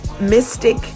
mystic